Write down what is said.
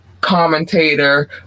commentator